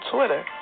Twitter